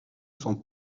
sont